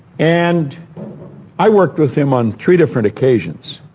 and i worked with him on three different occasions,